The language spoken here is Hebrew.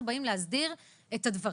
אנחנו באים להסדיר את הדברים.